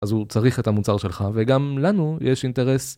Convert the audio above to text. אז הוא צריך את המוצר שלך וגם לנו יש אינטרס